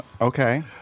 Okay